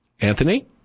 Anthony